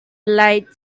light